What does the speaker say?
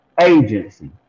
Agency